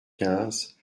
quinze